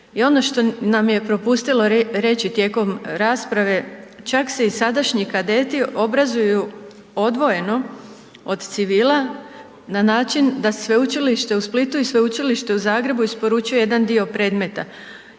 I ono što nam je propustilo reći tijekom rasprave, čak se i sadašnji kadeti obrazuju odvojeno od civila na način da Sveučilište u Splitu i Sveučilište u Zagrebu isporučuje jedan dio predmeta